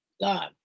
God